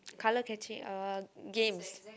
color catching uh games